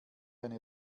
eine